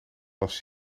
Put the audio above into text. was